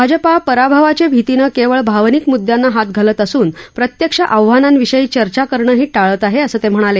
भाजपा पराभवाच्या भितीनं केवळ भावनिक मुद्द्यांना हात घालत असून प्रत्यक्ष आव्हानांविषयी चर्चा करणंही टाळत आहे असं ते म्हणाले